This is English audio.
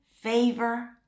favor